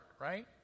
right